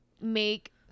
make